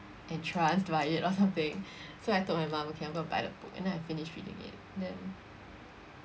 entranced by it or something so I told my mum okay I'm going to buy the book and then I finished reading it then